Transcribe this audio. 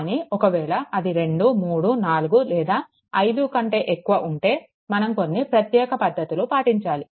కానీ ఒకవేళ అది 2 3 4 లేదా 5 కంటే ఎక్కువగా ఉంటే మనం కొన్ని ప్రత్యేక పద్ధతులు పాటించాలి